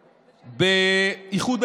ביקרתי,